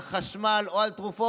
על חשמל או על תרופות.